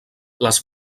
les